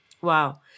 Wow